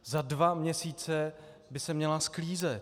Za dva měsíce by se měla sklízet.